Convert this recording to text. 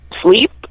sleep